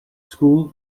school